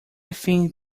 think